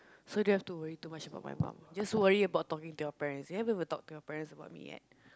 so you don't have to worry too much about my mum just worry about talking to your parents you haven't even talk to your parents about me yet